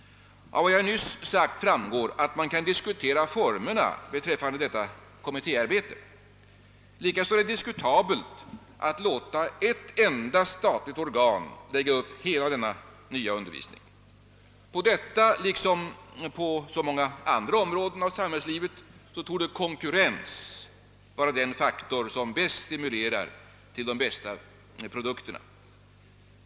Av vad jag nyss sagt framgår att man kan diskutera formerna beträffande detta kommittéarbete. Likaså är det diskutabelt att låta ett enda statligt organ lägga upp hela denna nya undervisning. På detta liksom på så många andra områden av samhällslivet torde konkurrens vara den faktor som stimulerar till de bästa produkterna.